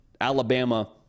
Alabama